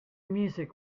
music